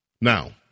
Now